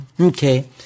Okay